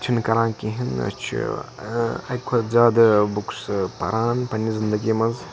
چھِنہٕ کَران کٕہٕنۍ أسۍ چھِ اکہِ کھۄتہٕ زیادٕ بُکٕس پَران پَننہِ زِنٛدگی مَنٛز